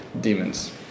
demons